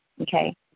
Okay